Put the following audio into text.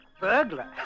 Burglar